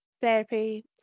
therapy